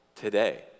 today